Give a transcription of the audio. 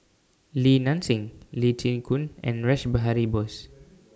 Li Nanxing Lee Chin Koon and Rash Behari Bose